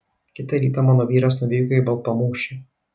kitą rytą mano vyras nuvyko į baltpamūšį